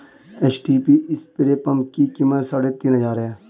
HTP spray pump की कीमत साढ़े तीन हजार है